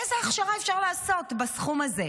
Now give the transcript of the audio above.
איזו הכשרה אפשר לעשות בסכום הזה?